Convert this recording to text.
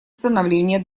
становления